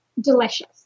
delicious